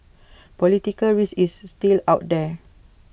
political risk is still out there